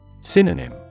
Synonym